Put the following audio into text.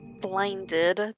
blinded